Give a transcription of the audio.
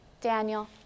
Daniel